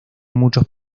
muchos